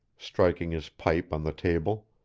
striking his pipe on the table.